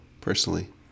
personally